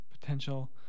potential